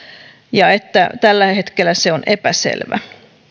ja että tällä hetkellä se on epäselvä